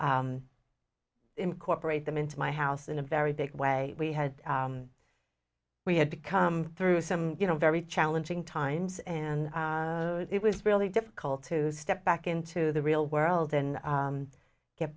incorporate them into my house in a very big way we had we had to come through some you know very challenging times and it was really difficult to step back into the real world and